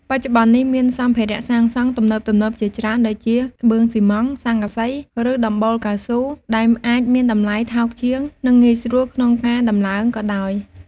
បច្ចុប្បន្ននេះមានសម្ភារៈសាងសង់ទំនើបៗជាច្រើនដូចជា ក្បឿងស៊ីម៉ងត៍ ស័ង្កសី ឬដំបូលកៅស៊ូ ដែលអាចមានតម្លៃថោកជាង និងងាយស្រួលក្នុងការតម្លើងក៏ដោយ។